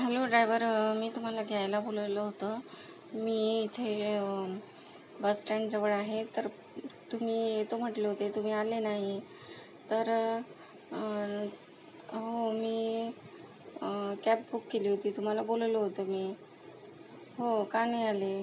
hello driver मी तुम्हाला घ्यायला बोलवलेलं होतं मी इथे बस स्टँडजवळ आहे तर तुम्ही येतो म्हटले होते तुम्ही आले नाही तर हो मी कॅब बुक केली होती तुम्हाला बोलावलं होतं मी हो का नाही आले